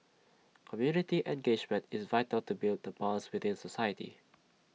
community engagement is vital to build the bonds within society